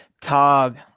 Tog